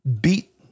Beat